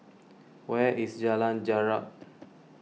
where is Jalan Jarak